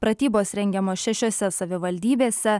pratybos rengiamos šešiose savivaldybėse